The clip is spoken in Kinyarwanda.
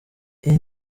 iyi